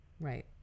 Right